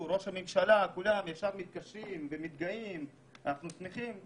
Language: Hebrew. ראש הממשלה ישר מתקשר וכולם מתקשרים ומתגאים ואנחנו שמחים.